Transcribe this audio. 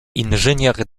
inżynier